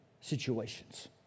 situations